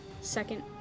second